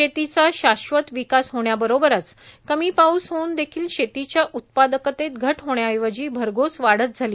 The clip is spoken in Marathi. शेतीचा शाश्वत विकास होण्याबरोबरच कमी पाऊस होवून देखील शेतीच्या उत्पादकतेत घट होण्याऐवजी भरघोस वाढच झाली